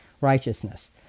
righteousness